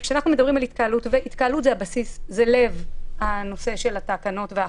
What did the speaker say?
התקהלות זה הבסיס, זה לב הנושא של התקנות והחוק,